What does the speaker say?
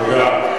תודה.